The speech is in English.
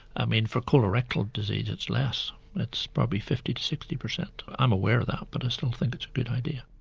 i mean for colorectal disease it's less, it's probably fifty to sixty percent. i'm aware of that, but i still think it's a good idea.